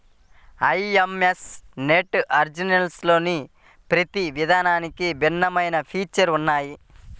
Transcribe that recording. IMPS, NEFT, ఆర్టీజీయస్లలో ప్రతి విధానానికి భిన్నమైన ఫీచర్స్ ఉన్నయ్యి